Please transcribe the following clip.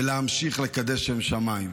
וימשיך לקדש שם שמיים.